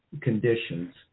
conditions